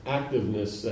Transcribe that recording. activeness